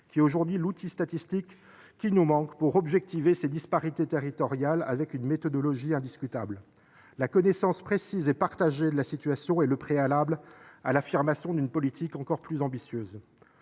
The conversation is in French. qui est aujourd’hui l’outil statistique qui nous manque pour objectiver ces disparités territoriales avec une méthodologie indiscutable. La connaissance précise et partagée de la situation est le préalable à l’affirmation d’une politique encore plus ambitieuse.